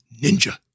ninja